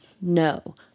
No